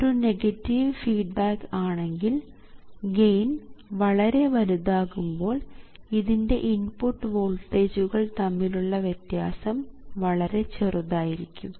ഇതൊരു negative feedback ആണെങ്കിൽ gain വളരെ വലുതാകുമ്പോൾ ഇതിൻറെ ഇൻപുട്ട് വോൾട്ടേജുകൾ തമ്മിലുള്ള വ്യത്യാസം വളരെ ചെറുതായിരിക്കും